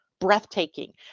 breathtaking